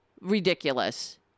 ridiculous